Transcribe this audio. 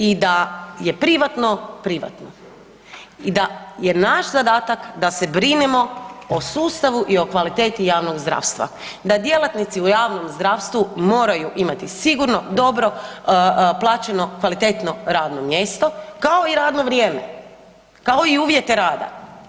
I da je privatno privatno i da je naš zadatak da se brinemo o sustavu i o kvaliteti javnog zdravstva, da djelatnici u javnom zdravstvu moraju imati sigurno, dobro plaćeno kvalitetno radno mjesto, kao i radno vrijeme, kao i uvjete rada.